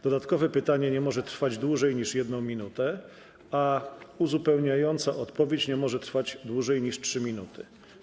Dodatkowe pytanie nie może trwać dłużej niż 1 minutę, a uzupełniająca odpowiedź nie może trwać dłużej niż 3 minuty.